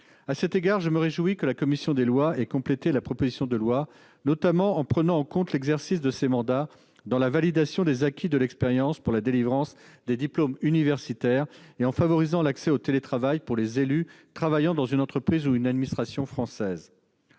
À cet égard, je me réjouis que la commission des lois ait complété le texte, en permettant la prise en compte de l'exercice de ces mandats dans la validation des acquis de l'expérience pour la délivrance des diplômes universitaires, ou encore en favorisant l'accès au télétravail pour les élus travaillant dans une entreprise ou une administration française.